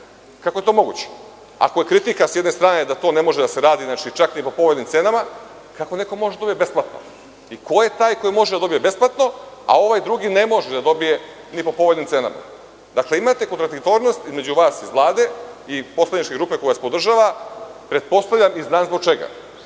Kako je to moguće, ako je kritika, sa jedne strane, da to ne može da se radi čak ni po povoljnim cenama, kako neko može da dobije besplatno i ko je taj ko može da dobije besplatno, a ovaj drugi ne može ni po povoljnim cenama? Imate kontradiktornost između vas iz Vlade i poslaničke grupe koja vas podržava pretpostavljam i znam zbog čega.